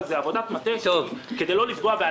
אבל זה דורש עבודת מטה כדי לא לפגוע.